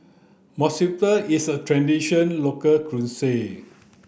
monsunabe is a traditional local cuisine